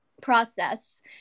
process